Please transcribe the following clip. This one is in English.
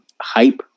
hype